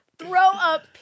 Throw-up